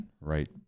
right